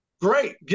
great